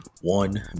One